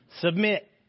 Submit